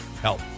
help